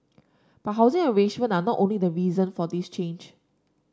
but housing arrangement are not the only reason for this change